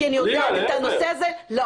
כי אני יודעת את זה נושא הזה לעומק.